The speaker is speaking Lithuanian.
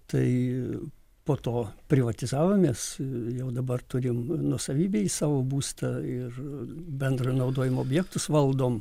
tai po to privatizavomės jau dabar turim nuosavybėj savo būstą ir bendrojo naudojimo objektus valdom